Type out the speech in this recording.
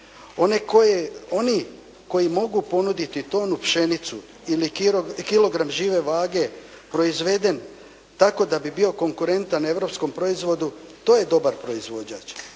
oni koji mogu ponuditi tonu pšenicu ili kilogram žive vage proizveden tako da bi bio konkurentan europskom proizvodu to je dobar proizvođač